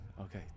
Okay